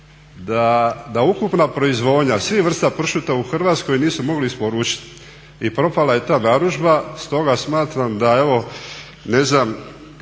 da ukupna proizvodnja svih vrsta pršuta u Hrvatskoj nisu mogli isporučiti i propala je ta narudžba. Stoga smatram da evo ne znam